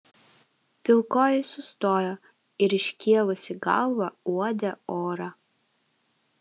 pilkoji sustojo ir iškėlusi galvą uodė orą